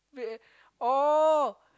wait oh